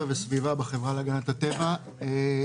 וסביבה בחברה להגנת הטבע, בבקשה.